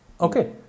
Okay